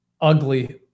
ugly